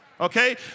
okay